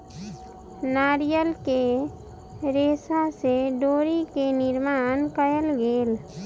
नारियल के रेशा से डोरी के निर्माण कयल गेल